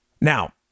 Now